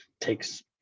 takes